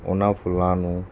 ਉਹਨਾਂ ਫੁੱਲਾ ਨੂੰ